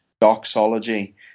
doxology